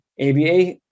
ABA